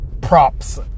props